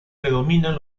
predominan